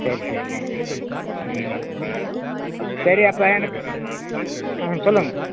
சரி சரிங்க ம் சரி அப்போ எனக்கு ஆ சொல்லுங்கள்